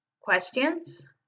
Questions